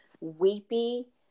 weepy